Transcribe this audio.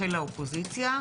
של האופוזיציה,